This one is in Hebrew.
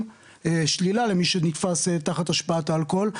שלילה למי שנתפס תחת השפעת האלכוהול,